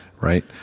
Right